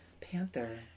Panther